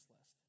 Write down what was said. list